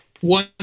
one